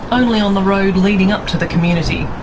only on the road leading up to the community.